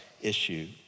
issue